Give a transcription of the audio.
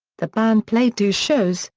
the band played two shows,